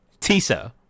Tisa